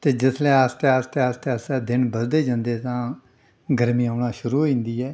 ते जिसलै आस्तै आस्तै आस्तै आस्तै दिन बधदे जंदे तां गर्मी औना शुरू होई जंदी ऐ